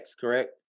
correct